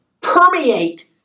permeate